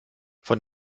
von